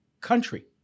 country